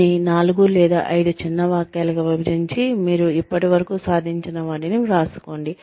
దీన్ని 4 లేదా 5 చిన్న వాక్యాలుగా విభజించి మీరు ఇప్పటి వరకు సాధించిన వాటిని వ్రాసుకోండి